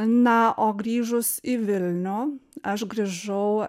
na o grįžus į vilnių aš grįžau